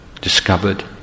discovered